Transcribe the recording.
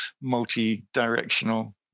multi-directional